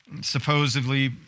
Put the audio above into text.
supposedly